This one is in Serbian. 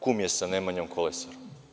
Kum je sa Nemanjom Kolaserom.